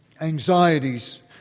Anxieties